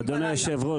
אדוני היושב-ראש,